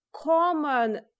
common